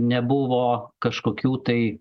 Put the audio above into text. nebuvo kažkokių tai